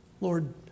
Lord